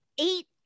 eight